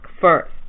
first